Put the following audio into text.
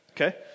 Okay